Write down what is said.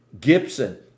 Gibson